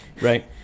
Right